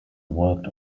worked